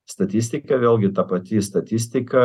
statistika vėlgi ta pati statistika